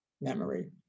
memory